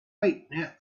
hand